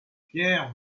pierre